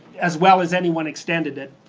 as well as anyone extended it,